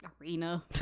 arena